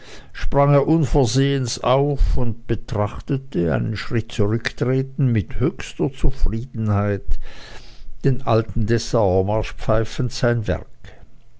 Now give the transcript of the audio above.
sprang er unversehens auf und betrachtete einen schritt zurücktretend mit höchster zufriedenheit den alten dessauermarsch pfeifend sein werk